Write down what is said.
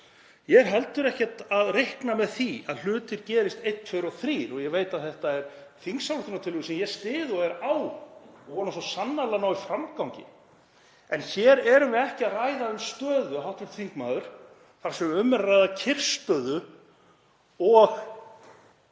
er heldur ekkert að reikna með því að hlutir gerist einn, tveir og þrír og ég veit að þetta er þingsályktunartillaga sem ég styð og er á og vona svo sannarlega að nái framgangi. En hér erum við ekki að ræða um stöðu, hv. þingmaður, þar sem um er að ræða kyrrstöðu og